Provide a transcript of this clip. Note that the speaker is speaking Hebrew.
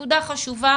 נקודה חשובה.